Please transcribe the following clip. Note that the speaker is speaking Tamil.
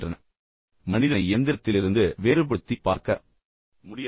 எனவே இப்போது நீங்கள் மனிதனை இயந்திரத்திலிருந்து வேறுபடுத்திப் பார்க்க முடியாது